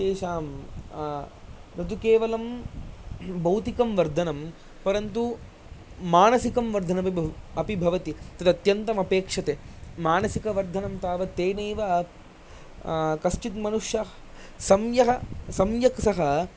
तेषां न तु केवलं बौद्धिकं वर्धनं परन्तु मानसिकं वर्धनम् अपि भवति तद् अत्यन्तम् अपेक्षते मानसिकवर्धनं तावत् तेनैव कश्चित् मनुष्यः सम्यः सम्यक् सः